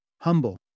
Humble